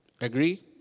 Agree